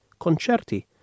Concerti